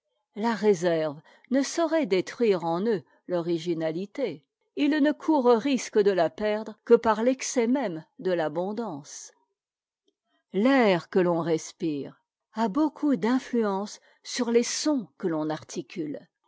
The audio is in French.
la réserve ne saurait détruire en eux l'originalité ils ne courent risque de la perdre que par l'excès même de l'abondance l'air que l'on respire a beaucoup d'inuuence sur les sons que l'on articule